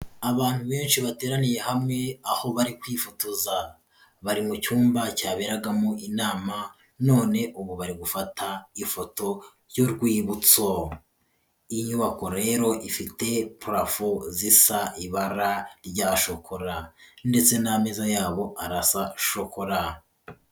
Abantu benshi bateraniye hamwe aho bari kwifotoza, bari mu cyumba cyaberagamo inama none ubu bari gufata ifoto y'urwibutso. Iyi nyubako rero ifite purafo zisa ibara rya shokora ndetse n'ameza yabo arasa shokora.